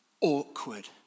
awkward